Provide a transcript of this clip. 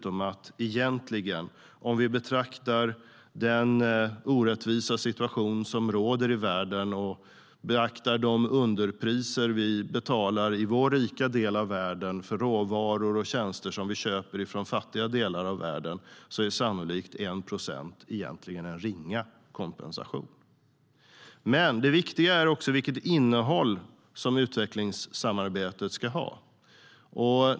Om vi betraktar den orättvisa situation som råder i världen och beaktar de underpriser vi betalar i vår rika del av världen för råvaror och tjänster som vi köper från fattiga delar av världen tror jag dessutom att 1 procent sannolikt är en ringa kompensation. Det viktiga är dock också vilket innehåll utvecklingssamarbetet ska ha.